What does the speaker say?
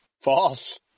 False